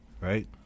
right